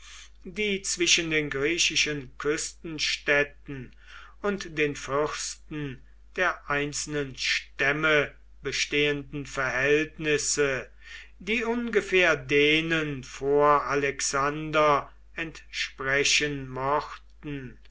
die zwischen den griechischen küstenstädten und den fürsten der einzelnen stämme bestehenden verhältnisse die ungefähr denen vor alexander entsprechen mochten